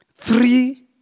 Three